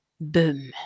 boom